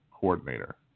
coordinator